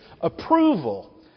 approval